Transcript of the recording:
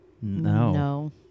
No